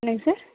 என்னங்க சார்